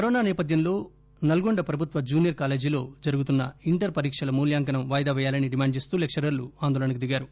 corona సేపథ్యంలో నల్గొండ ప్రభుత్వ junior కాలేజీలో జరుగుతున్న ఇంటర్ పరీక్షల మూల్యాంకనం వాయిదా వేయాలని డిమాండ్ చేస్తూ లెక్చరర్లు ఆందోళనకు దిగారు